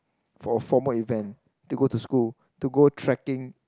for formal event to go to school to go trekking